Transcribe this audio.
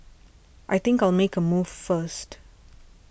I think I'll make a move first